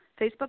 Facebook